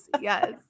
Yes